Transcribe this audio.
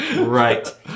Right